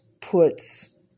puts